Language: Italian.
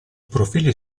profili